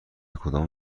کدام